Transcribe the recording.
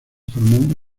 formó